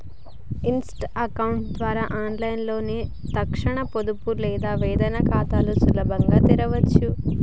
Insta account ద్వారా ఆన్లైన్లో తక్షణ పొదుపు లేదా వేతన ఖాతాని సులభంగా తెరవచ్చు